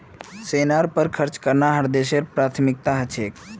सेनार पर खर्च करना हर देशेर प्राथमिकता ह छेक